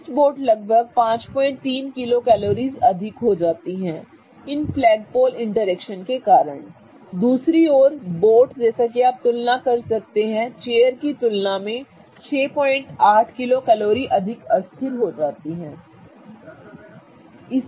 twist boat लगभग 53 kilocalories अधिक हो जाती है इन फ्लैगपोल इंटरैक्शन के कारण दूसरी ओर बोट जैसा कि आप कल्पना कर सकते हैं कि चेयर की तुलना में 68 किलोकैलोरी अधिक अस्थिर हो जाती है ठीक है